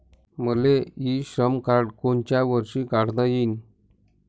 मले E Shram card कोनच्या वर्षी काढता येईन?